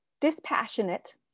dispassionate